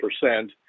percent